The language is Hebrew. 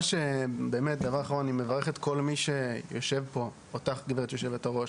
אני מברך את כל מי שיושב פה אותך גברת יושבת-הראש,